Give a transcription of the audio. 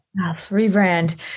Rebrand